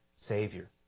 Savior